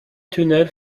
tunnels